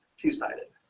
two sided